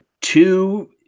two